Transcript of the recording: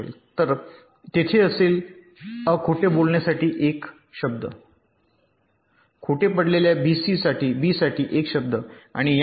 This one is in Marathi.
तर तेथे असेल अ खोटे बोलण्यासाठी 1 शब्द खोट पडलेल्या बीसाठी 1 शब्द आणि याप्रमाणे